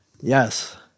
Yes